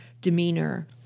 demeanor